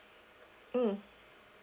mm